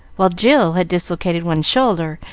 while jill had dislocated one shoulder,